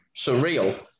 surreal